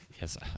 Yes